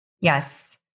Yes